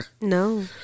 no